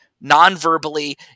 non-verbally